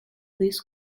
this